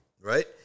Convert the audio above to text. right